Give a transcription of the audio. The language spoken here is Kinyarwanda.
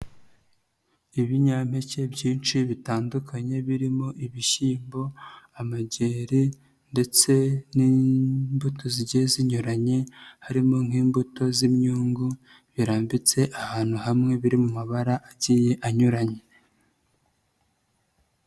Ibinyampeke byinshi bitandukanye birimo ibishyimbo, amageri ndetse n'imbuto zigiye zinyuranye, harimo nk'imbuto z'imyungu, birambitse ahantu hamwe biri mu mabara agiye anyuranye.